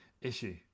issue